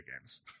games